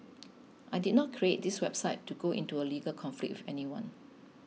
I did not create this website to go into a legal conflict with anyone